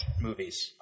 movies